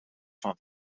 van